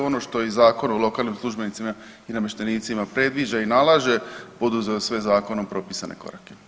Ono što i Zakon o lokalnim službenicima i namještenicima predviđa i nalaže, poduzeo sve zakonom propisane korake.